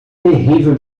terrível